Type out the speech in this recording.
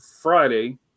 Friday